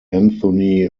anthony